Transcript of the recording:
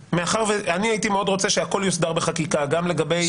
הייתי רוצה שהכול יוסדר בחקיקה, גם לגבי תיירים.